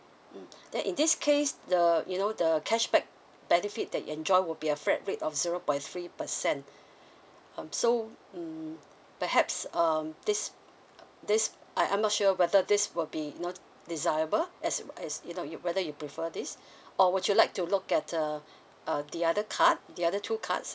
mm then in this case the you know the cashback benefit that you enjoy will be a flat rate of zero point three percent um so mm perhaps um this this I I'm not sure whether this will be not desirable as uh as you know you whether you prefer this or would you like to look at the uh the other card the other two cards